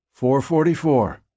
4.44